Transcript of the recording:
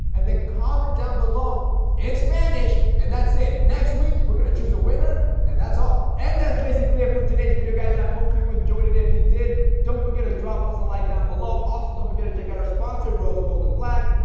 and then comment done below in spanish and that's it. next week we're gonna choose a winner and that's all. and that's basically it for today's video guys, i hope you enjoyed it. if you did don't forget to drop us a like down below. also don't forget to check out our sponsor, rose gold and black.